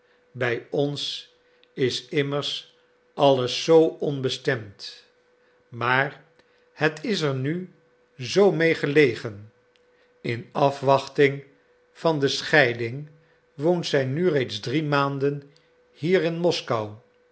bij ons is immers alles zoo onbestemd maar het is er nu zoo mee gelegen in afwachting van de scheiding woont zij nu reeds drie maanden hier in moskou